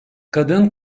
kadın